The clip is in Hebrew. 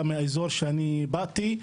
דווקא בגלל האזור שבאתי ממנו.